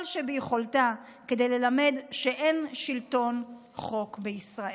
שביכולתה כדי ללמד שאין שלטון חוק בישראל".